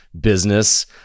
business